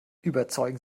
überzeugen